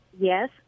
yes